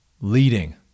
leading